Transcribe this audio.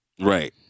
Right